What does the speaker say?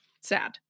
sad